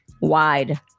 wide